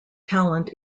talent